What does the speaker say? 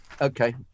Okay